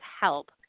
help